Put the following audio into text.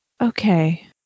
okay